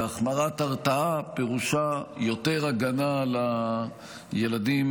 והחמרת התרעה פירושה יותר הגנה על הילדים